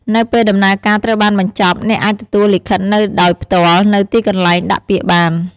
នៅពេលដំណើរការត្រូវបានបញ្ចប់ អ្នកអាចទទួលលិខិតនៅដោយផ្ទាល់នៅទីកន្លែងដាក់ពាក្យបាន។